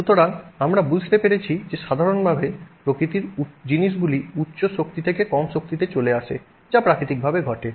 সুতরাং আমরা বুঝতে পেরেছি যে সাধারণভাবে প্রকৃতির জিনিসগুলি উচ্চ শক্তি থেকে কম শক্তিতে চলে আসে যা প্রাকৃতিকভাবে ঘটে